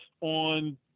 on